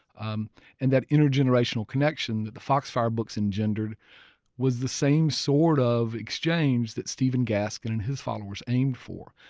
um and that intergenerational connection that the foxfire books engendered was the same sort of exchange that stephen gaskin and his followers aimed for.